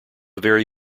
very